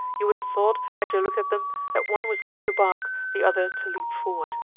you would have thought, as you looked at them, that one was going to bark, the other to leap forward.